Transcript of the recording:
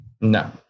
No